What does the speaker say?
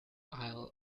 isle